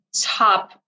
top